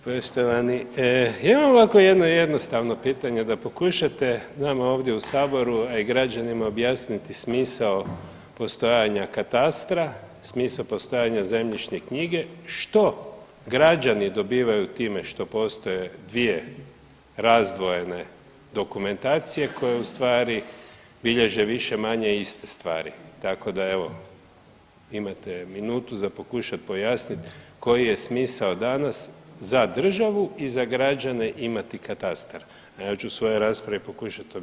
Poštovani, imam ovako jedno jednostavno pitanje da pokušate nama ovdje u saboru, a i građanima objasniti smisao postojanja katastra, smisao postojanja zemljišne knjige, što građani dobivaju time što postoje dvije razdvojene dokumentacije koje u stvari bilježe više-manje iste stvari, tako da evo imate minutu za pokušat pojasnit koji je smisao danas za državu i za građane imati katastar, a ja ću u svojoj raspraviti pokušat objasnit.